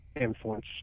influence